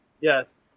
yes